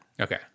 Okay